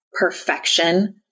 perfection